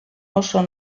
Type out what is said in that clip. oso